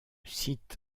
site